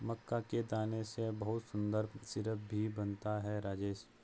मक्का के दाने से बहुत सुंदर सिरप भी बनता है राजेश